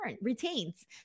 retains